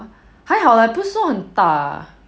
还好 lah 不算很大 lah